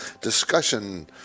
discussion